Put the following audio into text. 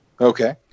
okay